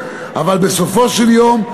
אבל בסופו של דבר,